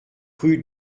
rue